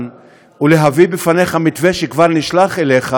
ולהביא בפניך מתווה שכבר נשלח אליך,